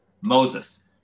Moses